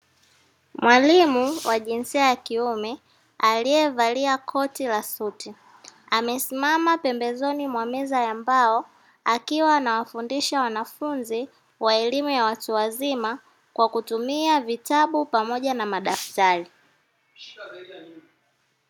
Mwalimu wa jinsia ya kiume aliyevalia koti la suti amesimama pembezoni mwa meza ya mbao akiwa anawafundisha wanafunzi wa elimu ya watu wazima kwa kutumia vitabu pamoja na madaftari.